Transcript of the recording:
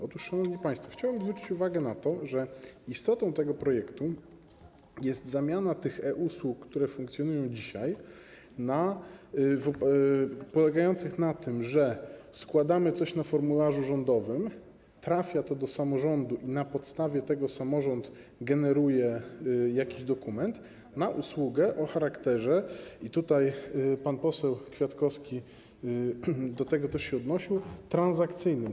Otóż, szanowni państwo, chciałbym zwrócić uwagę na to, że istotą tego projektu jest zamiana e-usług, które funkcjonują dzisiaj, polegających na tym, że składamy coś na formularzu rządowym, trafia to do samorządu i na tej podstawie samorząd generuje jakiś dokument, na usługę o charakterze - pan poseł Kwiatkowski do tego się odnosił - transakcyjnym.